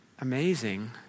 amazing